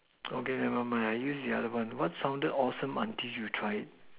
okay never mind I use the other one what sounded awesome until you tried it